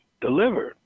delivered